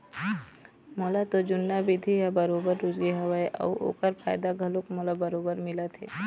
मोला तो जुन्ना बिधि ह बरोबर रुचगे हवय अउ ओखर फायदा घलोक मोला बरोबर मिलत हे